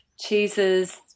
cheeses